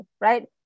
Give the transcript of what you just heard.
right